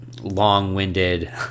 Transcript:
long-winded